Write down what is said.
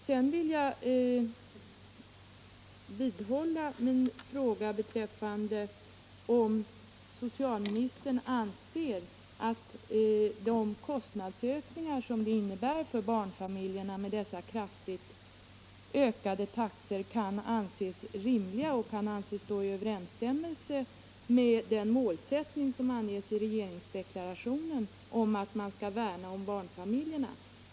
Sedan vill jag upprepa min fråga, om socialministern anser att de kostnadsökningar, som dessa kraftigt ökade taxor innebär för barnfamiljerna, kan anses rimliga och kan anses stå i överensstämmelse med den målsättning som anges i regeringsdeklarationen — att man skall värna om barnfamiljerna.